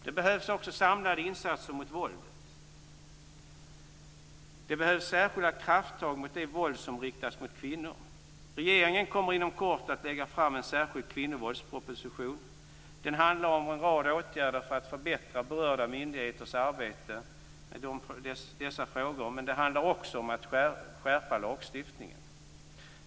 Det behövs också samlade insatser mot våldet. Det behövs särskilda krafttag mot det våld som riktas mot kvinnor. Regeringen kommer inom kort att lägga fram en särskild kvinnovåldsproposition. Den handlar om en rad åtgärder för att förbättra berörda myndigheters arbete med dessa frågor, men den handlar också om att skärpa lagstiftningen.